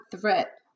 threat